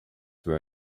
were